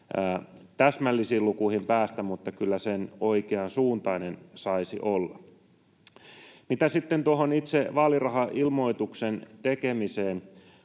täsmällisiin lukuihin päästä, mutta kyllä se oikeansuuntainen saisi olla. Sitten tuohon itse vaalirahailmoituksen tekemiseen: